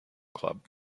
club